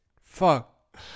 Fuck